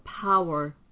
power